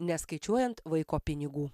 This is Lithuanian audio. neskaičiuojant vaiko pinigų